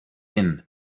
inn